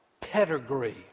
pedigree